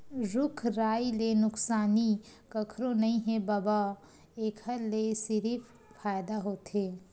रूख राई ले नुकसानी कखरो नइ हे बबा, एखर ले सिरिफ फायदा होथे